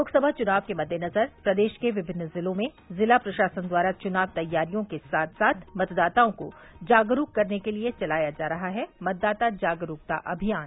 लोकसभा चुनाव के मददेनजर प्रदेश के विभिन्न जिलों में जिला प्रशासन द्वारा चुनाव तैयारियों के साथ साथ मतदाताओं को जागरूक करने के लिए चलाया जा रहा है मतदाता जागरूकता अभियान